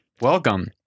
Welcome